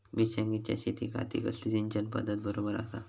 मिर्षागेंच्या शेतीखाती कसली सिंचन पध्दत बरोबर आसा?